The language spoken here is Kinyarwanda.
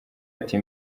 ati